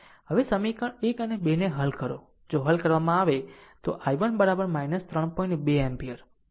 હવે આ સમીકરણ 1 અને 2 ને હલ કરો જો હલ કરવામાં આવે તો I1 3